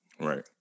Right